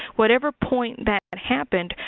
whatever point that happened,